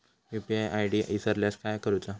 UPI ID इसरल्यास काय करुचा?